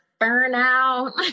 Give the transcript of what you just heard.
burnout